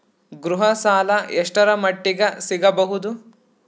ಗೃಹ ಸಾಲ ಎಷ್ಟರ ಮಟ್ಟಿಗ ಸಿಗಬಹುದು?